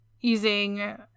using